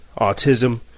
autism